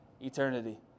eternity